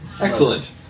Excellent